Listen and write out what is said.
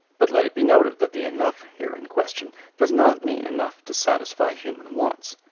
but let it be noted that the enough here in question does not mean enough to satisfy human wants.